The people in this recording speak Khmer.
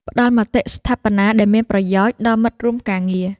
ផ្តល់មតិស្ថាបនាដែលមានប្រយោជន៍ដល់មិត្តរួមការងារ។